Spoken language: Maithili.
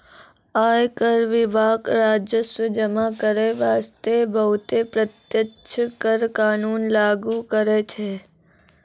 आयकर विभाग राजस्व जमा करै बासतें बहुते प्रत्यक्ष कर कानून लागु करै छै